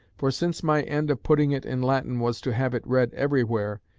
for since my end of putting it in latin was to have it read everywhere,